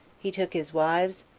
he took his wives,